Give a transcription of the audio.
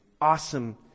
awesome